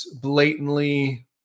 blatantly